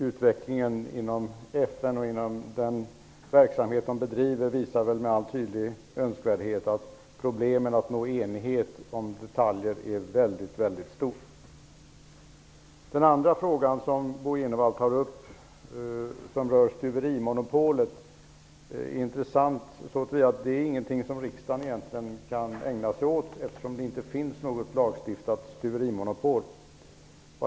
Utvecklingen inom FN och den verksamhet som FN bedriver visar med all önskvärd tydlighet att problemen att nå enighet om detaljer är väldigt stora. Den andra frågan som Bo G Jenevall tar upp rör stuverimonopolet. Det är intressant, så till vida att det egentligen inte är någonting som riksdagen kan ägna sig åt, eftersom det inte finns något lagstiftat stuverimonopol.